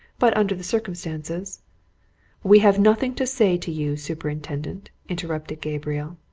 but, under the circumstances we have nothing to say to you, superintendent, interrupted gabriel.